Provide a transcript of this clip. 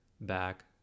back